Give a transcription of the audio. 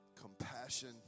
compassion